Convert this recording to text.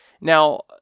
Now